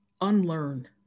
unlearn